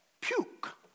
puke